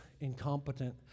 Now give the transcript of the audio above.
incompetent